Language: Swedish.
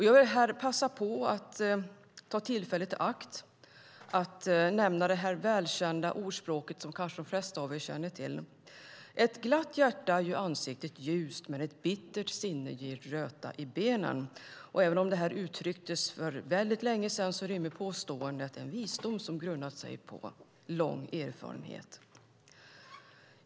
Jag vill ta tillfället i akt att påminna om det välkända ordspråket: Ett glatt hjärta gör ansiktet ljust, men ett bittert sinne ger röta i benen. Även om det uttrycktes för väldigt länge sedan rymmer påståendet en visdom grundat på lång erfarenhet.